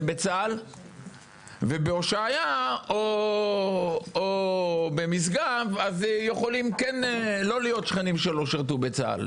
בצה"ל ובהושעיה או במשגב אז יכולים לא להיות שכנים שלא שירתו בצה"ל.